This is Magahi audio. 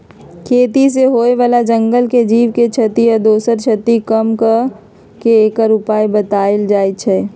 खेती से होय बला जंगल के जीव के क्षति आ दोसर क्षति कम क के एकर उपाय् बतायल जाइ छै